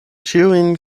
ĉiujn